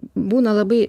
būna labai